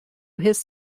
his